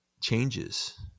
changes